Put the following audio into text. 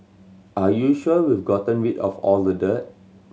are you sure we've gotten rid of all the dirt